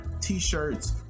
t-shirts